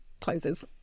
closes